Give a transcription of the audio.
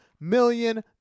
million